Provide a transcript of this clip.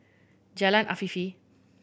Jalan Afifi